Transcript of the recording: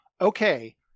Okay